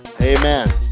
Amen